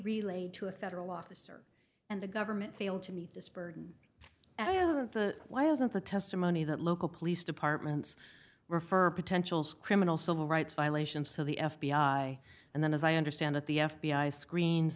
relayed to a federal officer and the government failed to meet this burden why isn't the testimony that local police departments refer potentials criminal civil rights violations to the f b i and then as i understand it the f b i screens